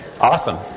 awesome